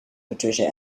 patricia